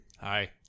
hi